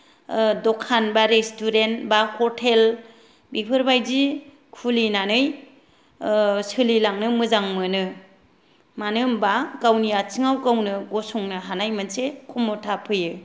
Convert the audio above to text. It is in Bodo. ओ दखान बा रेस्टुरेन्त बा हटेल बेफोरबायदि खुलिनानै सोलिलांनो मोजां मोनो मानो होनबा गावनि आथिंआव गावनो गसंनो हानाय मोनसे खमता फैयो